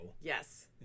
Yes